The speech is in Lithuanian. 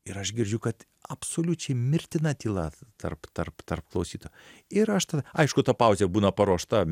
ir aš girdžiu kad absoliučiai mirtina tyla tarp tarp tarp klausytojų ir aš tada aišku ta pauzė būna paruošta